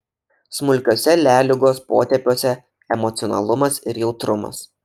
smulkiuose leliugos potėpiuose emocionalumas ir jautrumas